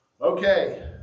Okay